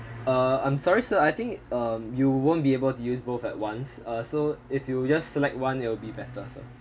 err I'm sorry sir I think um you won't be able to use both at once uh so if you just select one it will be better sir